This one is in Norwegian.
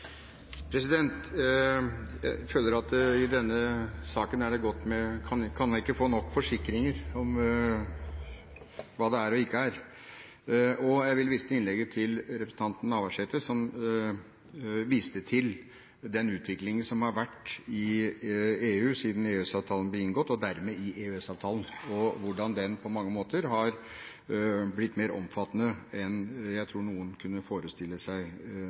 Navarsete, som viste til den utviklingen som har vært i EU siden EØS-avtalen ble inngått, og dermed i EØS-avtalen, og hvordan den på mange måter har blitt mer omfattende enn jeg tror noen kunne forestille seg